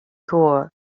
poor